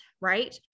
right